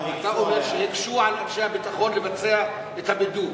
הם יודעים שהוא לא בא לפוצץ מטוס.